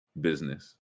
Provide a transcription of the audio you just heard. business